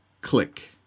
Click